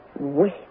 Wait